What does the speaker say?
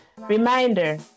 Reminder